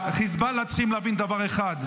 חיזבאללה צריכים להבין דבר אחד,